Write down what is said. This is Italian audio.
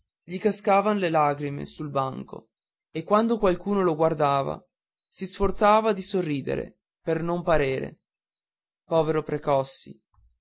gli cascavan le lacrime sul banco e quando qualcuno lo guardava si sforzava di sorridere per non parere povero precossi